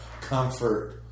comfort